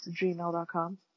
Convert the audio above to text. gmail.com